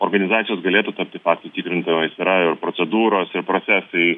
organizacijos galėtų tapti faktų tikrintojais yra ir procedūros ir procesai